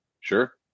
Sure